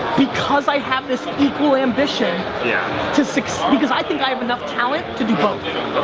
because i have this equal ambition yeah to succeed. because i think i have enough talent to do both.